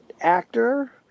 actor